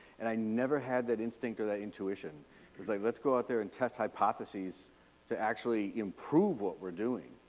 and i never had that instinct or that intuition. it's like let's go out there and test hypotheses to actually improve what we're doing,